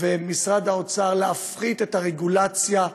ומשרד האוצר, להפחית את הרגולציה.